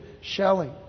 shelling